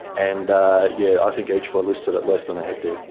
and yeah, i think each were listed at less than a hectare.